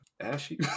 Ashy